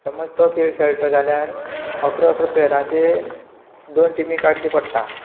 समज तो खेळ खेळटा जाल्यार अकरा अकरा प्लेयराचे दोन टिमी काडच्यो पडटात